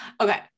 Okay